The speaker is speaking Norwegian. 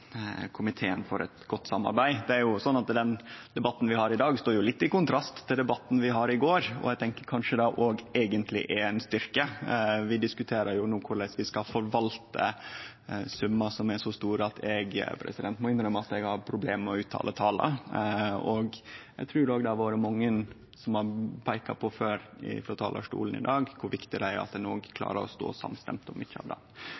komiteen for eit godt samarbeid. Det er jo sånn at den debatten vi har i dag, står litt i kontrast til debatten vi hadde i går, og eg tenkjer kanskje det òg eigentleg er ein styrke. Vi diskuterer no korleis vi skal forvalte summar som er så store at eg må innrømme at eg har problem med å uttale tala. Eg trur òg det har vore mange som før i dag frå talarstolen har peika på kor på viktig det er at vi klarar å stå saman om mykje av det.